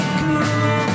cool